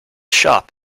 shop